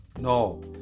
No